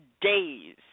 days